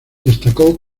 destacó